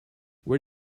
where